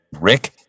Rick